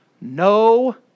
no